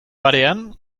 parean